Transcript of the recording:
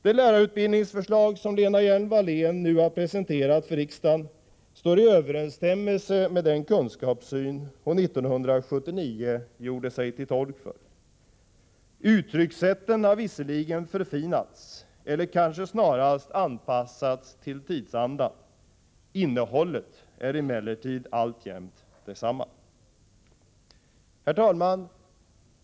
Det lärarutbildningsförslag som Lena Hjelm-Wallén nu har presenterat för riksdagen står i överensstämmelse med den kunskapssyn som hon 1979 gjorde sig till tolk för. Uttryckssättet har visserligen förfinats eller kanske snarast anpassats till tidsandan. Innehållet är emellertid alltjämt detsamma. Herr talman!